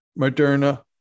Moderna